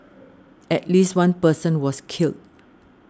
at least one person was killed